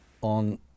on